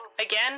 Again